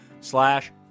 slash